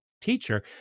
teacher